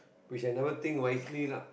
which I never think wisely lah